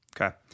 okay